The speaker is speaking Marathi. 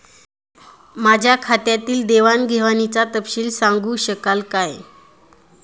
माझ्या खात्यातील देवाणघेवाणीचा तपशील सांगू शकाल काय?